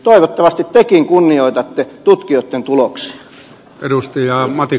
toivottavasti tekin kunnioitatte tutkijoitten tuloksia